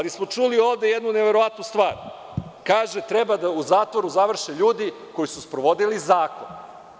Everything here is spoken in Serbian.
Ali smo čuli ovde jednu neverovatnu stvar, kaže se da u zatvoru treba da završe ljudi koji su sprovodili zakon.